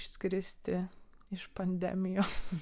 išskristi iš pandemijos